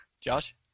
Josh